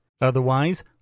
Otherwise